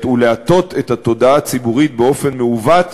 ולהטות את התודעה הציבורית באופן מעוות,